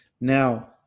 Now